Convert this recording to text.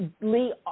Lee